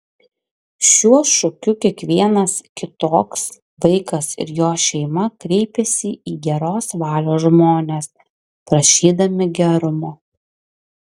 šiuo šūkiu kiekvienas kitoks vaikas ir jo šeima kreipiasi į geros valios žmones prašydami gerumo